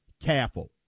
careful